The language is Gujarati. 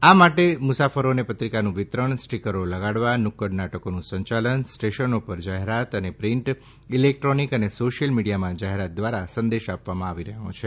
આ માટે મુસાફરોને પત્રિકાઓનું વિતરણ સ્ટીકરો લગાડવા નુક્કડ નાટકોનું સંચાલન સ્ટેશનો પર જાહેરાત અને પ્રિન્ટ ઇલેક્ટ્રોનિક અને સોશિયલ મીડિયામાં જાહેરાત દ્વારા સંદેશ આપવામાં આવી રહ્યો છે